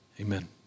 Amen